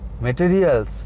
materials